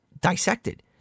dissected